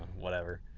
whatever.